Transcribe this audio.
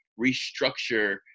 restructure